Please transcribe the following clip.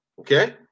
okay